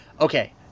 Okay